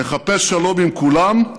נחפש שלום עם כולם,